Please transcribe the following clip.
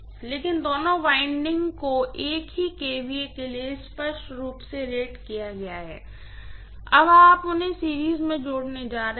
लेकिन दोनों विंडिंग्स को एक ही kVA के लिए स्पष्ट रूप से रेट किया गया है अब आप उन्हें सीरीज़ में जोड़ने जा रहे हैं